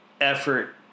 effort